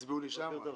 היחידים שלא מקבלים,